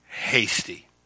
hasty